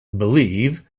believe